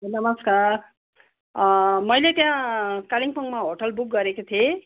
ए नमस्कार मैले त्यहाँ कालिम्पोङमा होटल बुक गरेको थिएँ